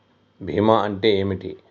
బీమా అంటే ఏమిటి?